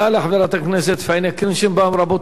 רבותי, אני פותח את הדיון בהצעת החוק.